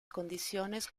condiciones